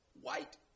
white